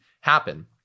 happen